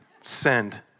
Send